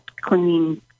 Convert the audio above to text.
cleaning